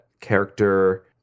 character